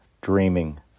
dreaming